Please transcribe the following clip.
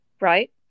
right